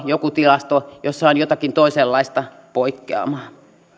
joku tilasto jossa on jotakin toisenlaista poikkeamaa